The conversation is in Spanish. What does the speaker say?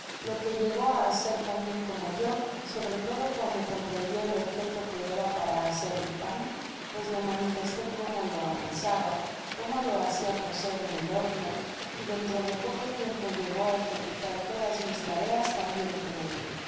lo que llegó á hacer tan bien como yo sobre todo cuando comprendio el objeto que era para hacer el pan pues le manifesté como lo amasaba como lo hacia cocer en el homo y dentro de poco tiempo llegó á ejecutar todas mis tareas tambien como yo